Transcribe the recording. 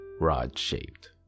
Rod-shaped